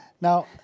now